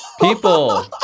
People